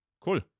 Cool